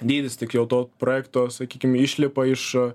dydis tik jau to projekto sakykim išlipa iš